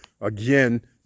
again